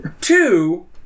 Two